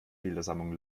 bildersammlung